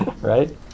right